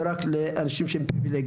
לא רק לאנשים שהם פריבילגיים.